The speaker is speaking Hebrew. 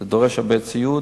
זה דורש הרבה ציוד.